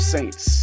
Saints